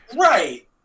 Right